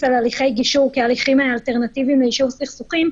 על הליכי גישור כהליכים אלטרנטיביים ליישוב סכסוכים,